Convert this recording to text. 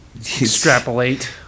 extrapolate